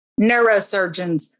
neurosurgeons